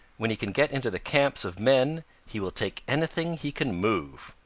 when he can get into the camps of men he will take anything he can move.